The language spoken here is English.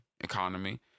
economy